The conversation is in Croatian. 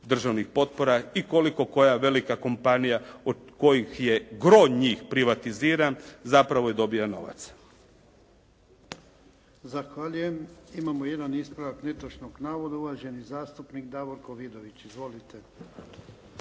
državnih potpora i koliko koja velika kompanija od kojih je gro njih privatiziran zapravo i dobija novac.